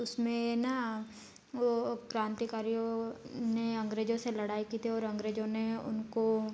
उसमें ना क्रांतिकारियों ने अंग्रेजों से लड़ाई की थी और अंग्रजों ने उनको